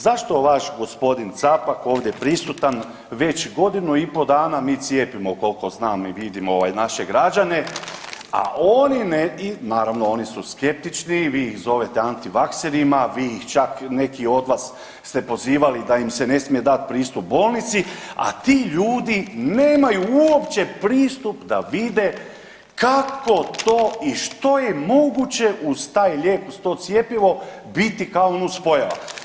Zašto vaš gospodin Capak ovdje prisutan već godinu i pol dana mi cijepimo koliko znam i vidim naše građane, a oni, naravno oni su skeptični, vi ih zovete antivakserima vi ih čak neki od vas ste prozivali da im se ne smije dati pristup bolnici, a ti ljudi nemaju uopće pristup da vide kako to i što je moguće uz taj lijek, uz to cjepivo biti kao nuspojava.